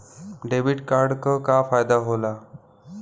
Debit card क का फायदा हो ला?